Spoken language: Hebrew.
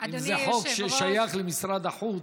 אם זה חוק ששייך למשרד החוץ,